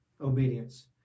obedience